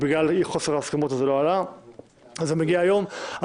ובגלל חוסר ההסכמות לא עלה ומגיע היום.